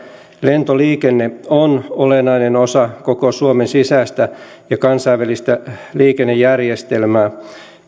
lentoliikenne on olennainen osa koko suomen sisäistä ja kansainvälistä liikennejärjestelmää